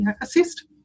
assist